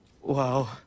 Wow